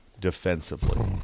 defensively